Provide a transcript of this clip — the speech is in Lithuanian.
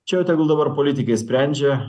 čia tegul dabar politikai sprendžia